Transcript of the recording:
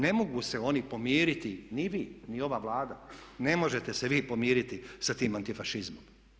Ne mogu se oni pomiriti, ni vi ni ova Vlada, ne možete se vi pomiriti sa tim antifašizmom.